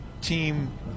team